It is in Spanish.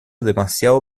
demasiado